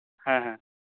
ᱦᱮᱸ ᱦᱮᱸ